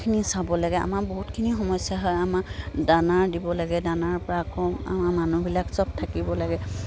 খিনি চাব লাগে আমাৰ বহুতখিনি সমস্যা হয় আমাৰ দানাৰ দিব লাগে দানাৰ পৰা আকৌ আমাৰ মানুহবিলাক সব থাকিব লাগে